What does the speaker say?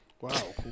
Wow